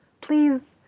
please